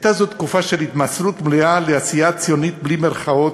הייתה זו תקופה של התמסרות מלאה לעשייה ציונית בלי מירכאות,